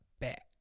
back